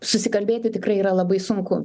susikalbėti tikrai yra labai sunku